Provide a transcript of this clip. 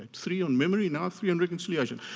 three on memory, now three on reconciliation.